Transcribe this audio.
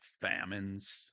famines